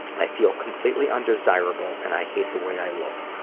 i feel completely undesirable and i hate the way i look.